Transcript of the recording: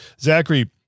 Zachary